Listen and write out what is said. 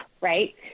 Right